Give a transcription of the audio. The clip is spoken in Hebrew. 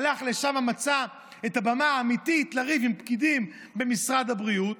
הלך לשם ומצא את הבמה האמיתית לריב עם פקידים במשרד הבריאות.